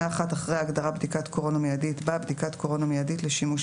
1 אחרי ההגדרה "בדיקת קורונה מיידית" בא: "בדיקת קורונה מיידית לשימוש